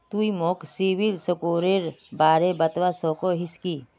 तुई मोक सिबिल स्कोरेर बारे बतवा सकोहिस कि?